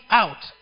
out